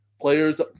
players